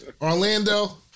Orlando